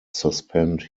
suspend